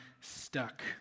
stuck